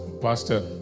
pastor